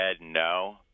no